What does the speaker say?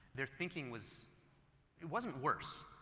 they're thinking was it wasn't worse,